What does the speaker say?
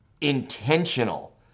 intentional